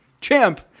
Champ